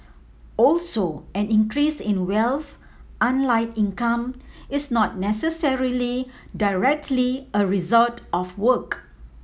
also an increase in wealth unlike income is not necessarily directly a result of work